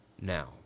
now